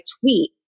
tweet